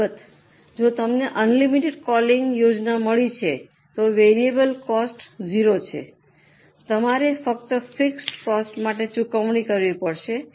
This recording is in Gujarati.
અલબત્ત જો તમને અનલિમિટેડ કૅલલિંગ યોજના મળી છે તો વેરિયેબલ કોસ્ટ 0 છે તમારે ફક્ત ફિક્સ કોસ્ટ માટે ચૂકવણી કરવી પડશે